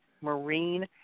marine